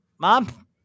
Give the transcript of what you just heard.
mom